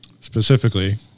specifically